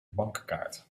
bankkaart